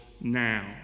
now